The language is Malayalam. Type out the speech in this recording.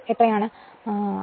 അതിനാൽ Z 0